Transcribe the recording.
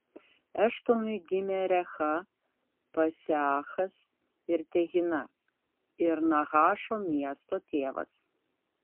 eštonui gimė recha paseachas ir tehina ir nahašo miesto tėvas